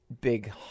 big